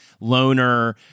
loner